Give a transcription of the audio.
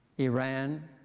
iran,